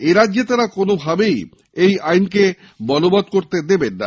এরাজ্যে তাঁরা কোনমতেই এই আইন বলবত করতে দেবেন না